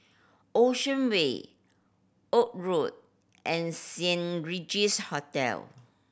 Ocean Way Road and Saint Regis Hotel